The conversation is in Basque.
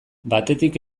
batetik